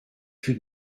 plus